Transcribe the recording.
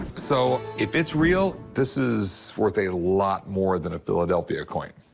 so if it's real, this is worth a lot more than a philadelphia coin,